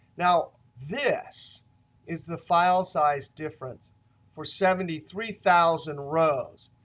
now this is the file size difference for seventy three thousand rows.